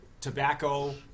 tobacco